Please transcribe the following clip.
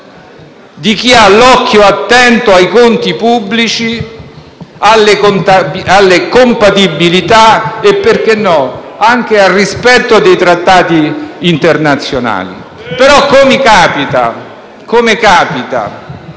di chi ha l'occhio attento ai conti pubblici, alle compatibilità e - perché no - anche al rispetto dei trattati internazionali. Tuttavia - come capita